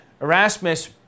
Erasmus